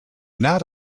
not